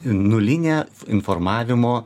nulinė informavimo